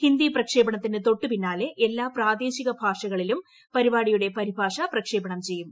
ഹിന്ദി പ്രക്ഷേപണത്തിന് തൊട്ടു പിന്നാലെ എല്ലാ പ്രാദേശിക ഭാഷകളിലും പരിപാടിയുടെ പരിഭാഷ പ്രക്ഷേപണം ചെയ്യും